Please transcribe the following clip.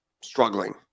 struggling